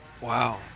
wow